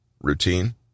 Routine